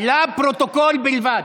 לפרוטוקול בלבד.